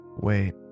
Wait